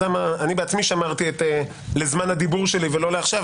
אני בעצמי שמרתי לזמן הדיבור שלי ולא לעכשיו,